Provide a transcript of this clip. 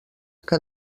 que